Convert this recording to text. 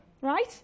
right